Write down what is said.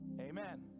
amen